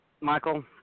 Michael